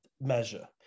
measure